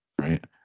right